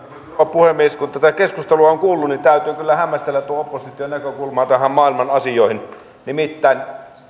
puhemies kun tätä keskustelua on kuullut niin täytyy kyllä hämmästellä tuon opposition näkökulmaa näihin maailman asioihin nimittäin